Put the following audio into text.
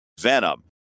venom